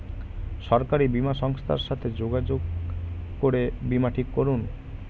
সরকারি বীমা সংস্থার সাথে যোগাযোগ করে বীমা ঠিক করুন